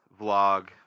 vlog